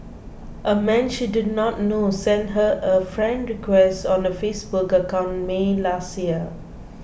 a man she did not know sent her a friend request on her Facebook account May last year